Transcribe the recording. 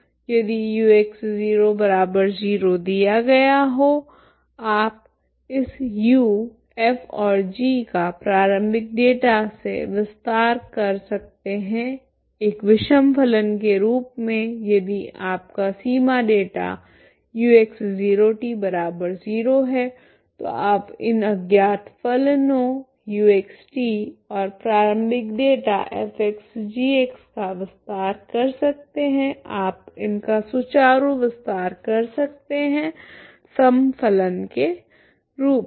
यदि ux00 दिया गया हो आप इस u f और g का प्रारंभिक डेटा से विस्तार कर सकते है एक विषम फलन के रूप मे यदि आपका सीमा डेटा ux 0t 0 है तो आप इन अज्ञात फलनो uxtऔर प्रारंभिक डेटा f g का विस्तार कर सकते है आप इनका सुचारु विस्तार कर सकते है सम फलन के रूप मे